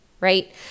right